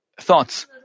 thoughts